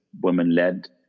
women-led